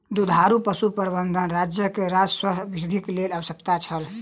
दुधारू पशु प्रबंधन राज्यक राजस्व वृद्धिक लेल आवश्यक छल